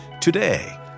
today